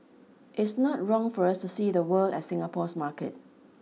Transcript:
it's not wrong for us to see the world as Singapore's market